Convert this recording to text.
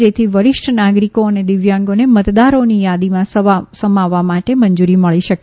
જેથી વરિષ્ઠ નાગરીકો અને દીવ્યાંગોને મતદારોની થાદીમાં સમાવવા માટે મંજુરી મળી શકે